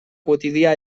quotidià